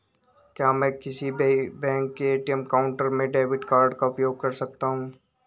क्या मैं किसी भी बैंक के ए.टी.एम काउंटर में डेबिट कार्ड का उपयोग कर सकता हूं?